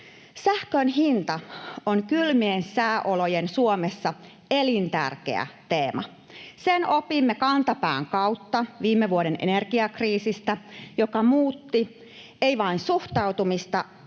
Sähkön hinta on kylmien sääolojen Suomessa elintärkeä teema. Sen opimme kantapään kautta viime vuoden energiakriisistä, joka muutti ei vain suhtautumista,